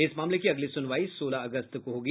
इस मामले की अगली सुनवाई सोलह अगस्त को होगी